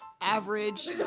average